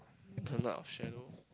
turn out of shadow